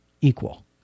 equal